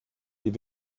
die